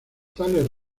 tales